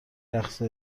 رقص